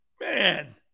Man